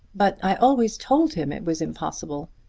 but i always told him it was impossible.